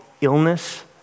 illness